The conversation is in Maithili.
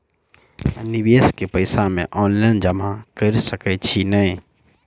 निवेश केँ पैसा मे ऑनलाइन जमा कैर सकै छी नै?